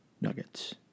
Nuggets